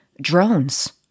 drones